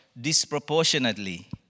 disproportionately